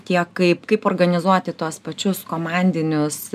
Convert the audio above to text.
tiek kaip kaip organizuoti tuos pačius komandinius